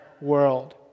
world